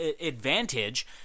advantage